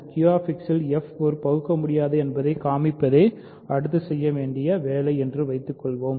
Q X இல் f ஐ பகுக்கமுடியாதது என்பதைக் காண்பிப்பதே அடுத்த செய்யவேண்டிய வேலை என்று வைத்துக்கொள்வோம்